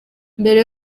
mbere